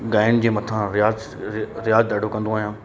ॻाइण जे मथां रियाज़ रियाज़ ॾाढो कंदो आहियां